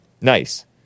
nice